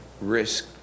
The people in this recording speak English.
risk